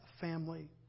family